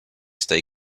stay